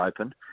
open